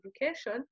education